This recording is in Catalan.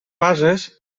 bases